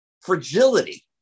fragility